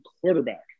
quarterback